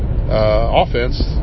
offense